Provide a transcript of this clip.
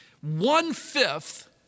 One-fifth